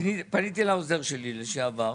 פניתי לעוזר שלי לשעבר,